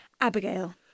Abigail